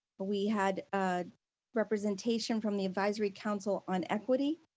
but we had representation from the advisory council on equity.